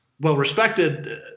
well-respected